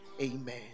Amen